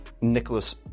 Nicholas